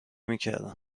میکردم